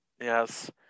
Yes